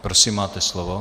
Prosím, máte slovo.